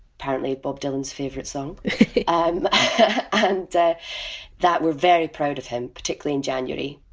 apparently bob dylan's favorite song um and that that we're very proud of him, particularly in january,